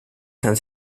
san